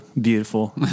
beautiful